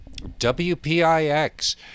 WPIX